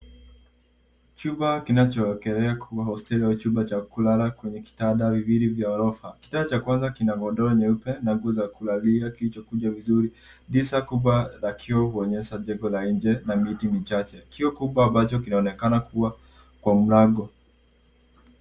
Chumba kinachoelekea kuwa hosteli au chumba cha kulala kwenye kitanda viwili vya ghorofa. Kitanda cha kwanza kina godoro nyeupe na nguo za kulalia kilichokunjwa vizuri. Dirisha kubwa la kioo huonyesha jengo la nje na miti michache. Kioo kubwa ambacho kinaonekana kuwa kwa mlango.